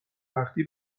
نقدی